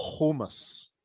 hummus